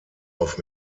auf